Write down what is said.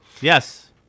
Yes